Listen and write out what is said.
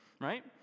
right